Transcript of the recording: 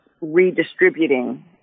redistributing